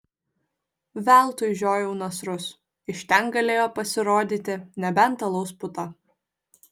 veltui žiojau nasrus iš ten galėjo pasirodyti nebent alaus puta